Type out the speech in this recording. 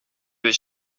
was